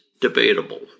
debatable